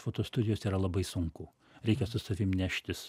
foto studijos yra labai sunku reikia su savim neštis